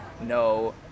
no